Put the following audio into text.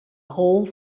whole